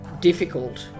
difficult